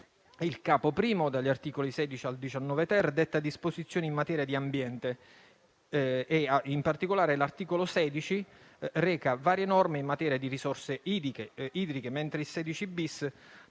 Il Capo I, dagli articoli 16 al 19-*ter*, detta disposizioni in materia di ambiente. In particolare l'articolo 16 reca varie norme in materia di risorse idriche, mentre il 16-*bis*